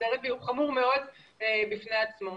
הוא חמור מאוד בפני עצמו.